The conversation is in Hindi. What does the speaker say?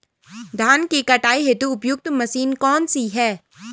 धान की कटाई हेतु उपयुक्त मशीन कौनसी है?